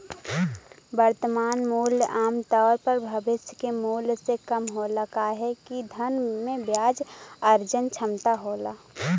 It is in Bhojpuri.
वर्तमान मूल्य आमतौर पर भविष्य के मूल्य से कम होला काहे कि धन में ब्याज अर्जन क्षमता होला